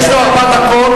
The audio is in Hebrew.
יש לו ארבע דקות.